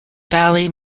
valley